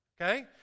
okay